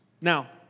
Now